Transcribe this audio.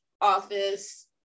office